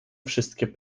wszystkie